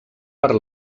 per